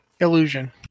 illusion